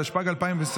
התשפ"ג 2023,